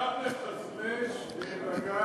אפשר לבקש להירגע,